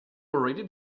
already